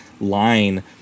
Line